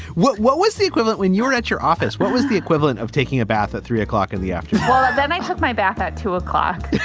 what what was the equivalent when you were at your office? what was the equivalent of taking a bath at three o'clock in the afternoon? but then i took my bath at two o'clock